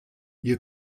you